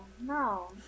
No